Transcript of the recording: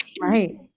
right